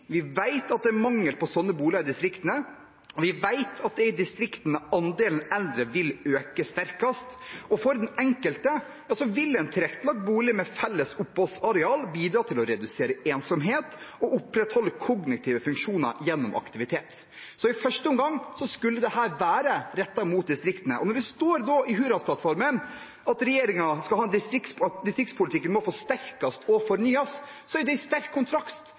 vi vet at det er mangel på sånne boliger i distriktene, og vi vet at det er i distriktene andelen eldre vil øke sterkest. For den enkelte vil en tilrettelagt bolig med felles oppholdsareal bidra til å redusere ensomhet og å opprettholde kognitive funksjoner gjennom aktivitet. Så i første omgang skulle dette være rettet mot distriktene. Når det står i Hurdalsplattformen at distriktspolitikken må forsterkes og fornyes, er det i sterk kontrast til at regjeringen kutter de midlene som vi har lagt inn. Da er